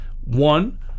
one